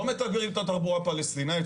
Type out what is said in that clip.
לא מתגברים את התחבורה הפלסטינית.